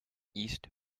east